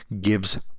gives